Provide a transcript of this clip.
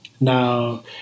Now